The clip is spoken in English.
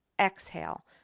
exhale